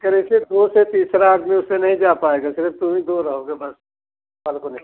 करे से दो से तीसरा आदमी उससे नहीं जा पाएगा सिर्फ तुम ही दो रहोगे बस बालकोनी